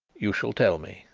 you shall tell me,